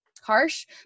harsh